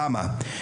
למה?